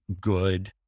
good